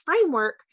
framework